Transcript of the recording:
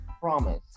promise